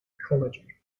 ecology